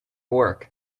work